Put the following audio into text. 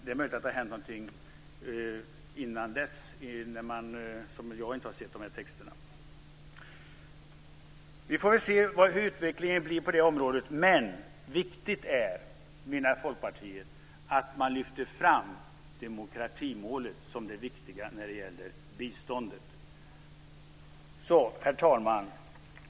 Det är möjligt att det har hänt någonting innan dess med texter som jag inte har sett. Vi får se hur utvecklingen blir på det området. Men viktigt är, menar Folkpartiet, att man lyfter fram demokratimålet som det viktiga när det gäller biståndet. Herr talman!